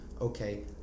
okay